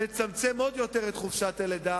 לצמצם עוד יותר את חופשת הלידה.